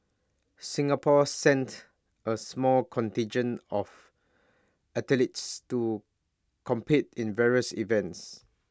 Singapore sent A small contingent of athletes to compete in various events